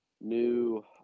new